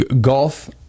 golf